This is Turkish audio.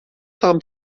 tam